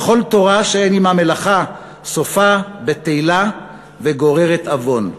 "וכל תורה שאין עמה מלאכה סופה בטלה וגוררת עוון."